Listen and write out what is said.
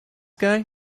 guy